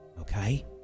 okay